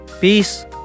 Peace